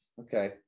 Okay